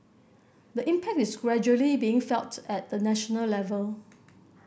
the impact is gradually being felt at the national level